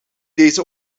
deze